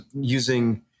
using